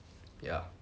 ya